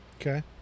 okay